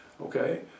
okay